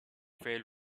fell